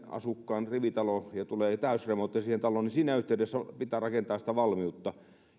asukkaan rivitalo ja tulee täysremontti siihen taloon niin siinä yhteydessä pitää rakentaa sitä valmiutta